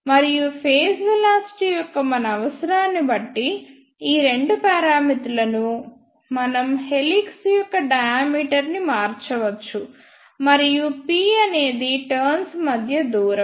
మరియు phase velocity యొక్క మన అవసరాన్ని బట్టి ఈ రెండు పారామితులను మనం హెలిక్స్ యొక్క డయామీటర్ ని మార్చవచ్చు మరియు p అనేది టర్న్స్ మధ్య దూరం